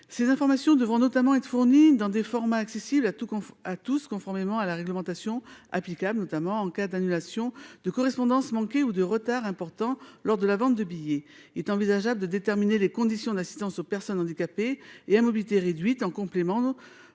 Ces informations devront notamment être fournis dans des formats accessibles à tous qu'on a tous conformément à la réglementation applicable, notamment en cas d'annulation de correspondance manquée ou de retard important lors de la vente de billets est envisageable de déterminer les conditions d'assistance aux personnes handicapées et à mobilité réduite en complément